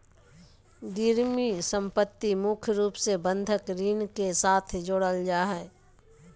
गिरबी सम्पत्ति मुख्य रूप से बंधक ऋण के साथ जोडल जा हय